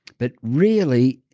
but really,